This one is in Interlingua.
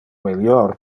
melior